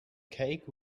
cake